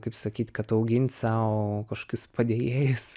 kaip sakyt kad augint sau kažkokius padėjėjus